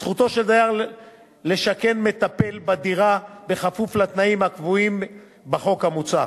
זכותו של דייר לשכן מטפל בדירה כפוף לתנאים הקבועים בחוק המוצע.